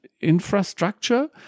infrastructure